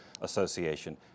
Association